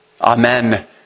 Amen